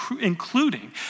including